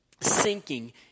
sinking